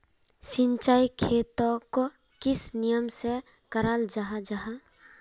सिंचाई खेतोक किस नियम से कराल जाहा जाहा?